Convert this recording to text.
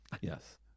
Yes